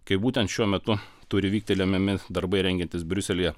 kaip būtent šiuo metu turi vykti lemiami darbai rengiantis briuselyje